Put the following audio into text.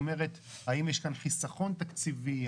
האם יש כאן חיסכון תקציבי?